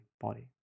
body